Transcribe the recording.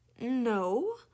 No